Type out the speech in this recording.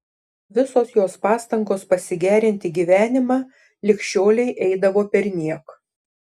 visos jos pastangos pasigerinti gyvenimą lig šiolei eidavo perniek